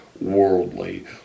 worldly